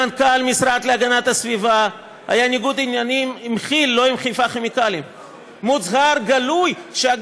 למנכ"ל המשרד להגנת הסביבה היה ניגוד עניינים מוצהר וגלוי עם